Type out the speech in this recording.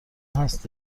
هست